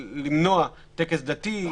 למנוע טקס דתי,